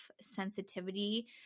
sensitivity